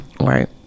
Right